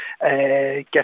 get